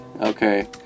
okay